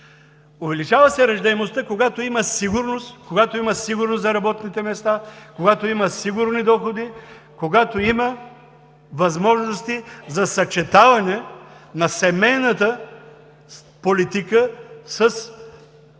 увеличава се раждаемостта, когато има сигурност, когато има сигурност за работните места, когато има сигурни доходи, когато има възможности за съчетаване на семейната политика с условията